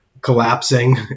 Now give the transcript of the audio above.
collapsing